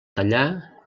tallar